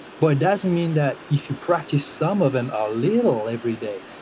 but it doesn't mean that if you practice some of them ah a little every day,